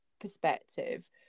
perspective